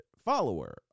Follower